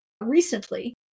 recently